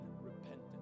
repentance